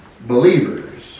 believers